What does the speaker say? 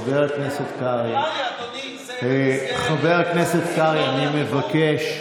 חבר הכנסת קרעי, חבר הכנסת קרעי, אני מבקש,